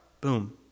boom